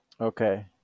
Okay